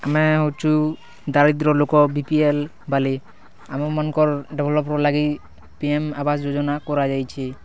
ଆମେ ହେଉଛୁଁ ଦାରିଦ୍ର ଲୋକ ବିପିଏଲ୍ ବାଲେ ଆମର୍ ମାନ୍ଙ୍କର୍ ଡେଭଲପ୍ର ଲାଗି ପିଏମ୍ ଆଭାସ୍ ଯୋଜନା କରାଯାଇଛେ